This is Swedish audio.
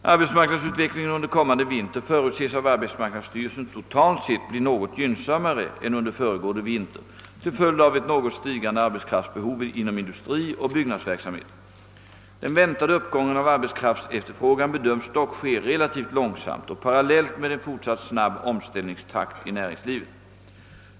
Arbetsmarknadsutvecklingen under kommande vinter förutses av arbetsmarknadsstyrelsen totalt sett bli något gynnsammare än under föregående vinter till följd av ett något stigande arbetskraftsbehov inom industrioch byggnadsverkamhet. Den väntade uppgången av arbetskraftsefterfrågan bedöms dock ske relativt långsamt och parallellt med en fortsatt snabb omställningstakt i näringslivet.